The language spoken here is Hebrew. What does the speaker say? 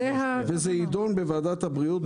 זה יידון בוועדת הבריאות.